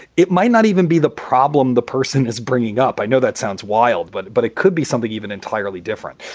it might not even be the problem the person is bringing up. i know that sounds wild, but but it could be something even entirely different.